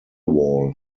wall